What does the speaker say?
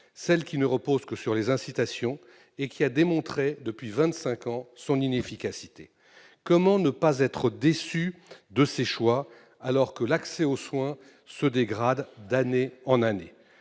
celle qui ne repose que sur les incitations et qui a démontré depuis vingt-cinq ans son inefficacité. Comment ne pas être déçu de ces choix, alors que l'accès aux soins se dégrade d'année en année ?